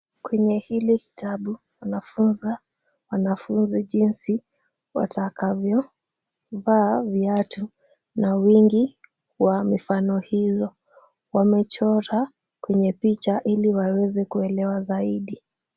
Kwenye hili kitabu wanafunza wanafunzi jinsi watakavyovaa viatu na wingi wa mifano hizo. Wamechora kwenye picha ili waweze kuelewa zaidi.